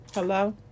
Hello